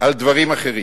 על דברים אחרים.